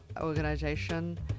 organization